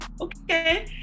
okay